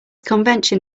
convention